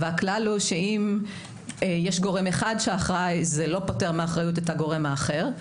והכלל הוא שאם יש גורם אחד שאחראי זה לא פותר מאחריות את הגורם האחר.